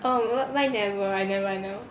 oh my mine never I never I never